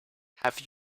have